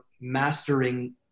mastering